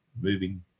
moving